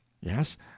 Yes